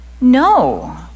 no